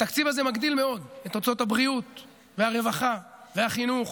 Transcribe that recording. התקציב הזה מגדיל מאוד את הוצאות הבריאות והרווחה והחינוך